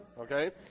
okay